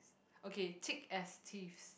okay thick as thieves